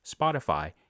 Spotify